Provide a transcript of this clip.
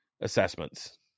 assessments